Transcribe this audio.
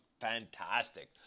fantastic